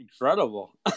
incredible